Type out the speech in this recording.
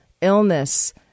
illness